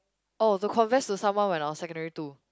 oh to confess to someone when I was secondary two